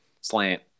slant